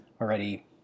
already